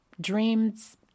Dreams